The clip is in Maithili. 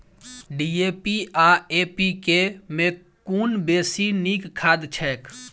डी.ए.पी आ एन.पी.के मे कुन बेसी नीक खाद छैक?